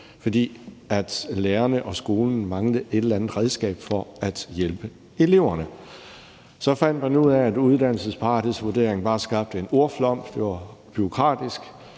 For lærerne og skolen manglede et eller andet redskab til at hjælpe eleverne. Så fandt man ud af, at uddannelsesparathedsvurderingen bare skabte en ordflom og var bureaukratisk.